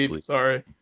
sorry